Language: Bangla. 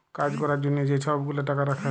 কাজ ক্যরার জ্যনহে যে ছব গুলা টাকা রাখ্যে